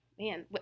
Man